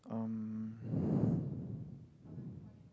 um